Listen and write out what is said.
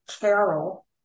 carol